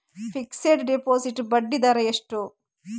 Fixed deposit ಬಡ್ಡಿ ದರ ಎಷ್ಟು?